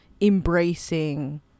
embracing